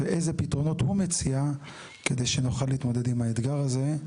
ואיזה פתרונות הוא מציע כדי שנוכל להתמודד עם האתגר הזה.